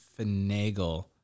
finagle